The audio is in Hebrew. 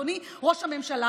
אדוני ראש הממשלה.